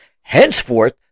Henceforth